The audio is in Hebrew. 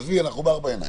עזבי, אנחנו בארבע עיניים.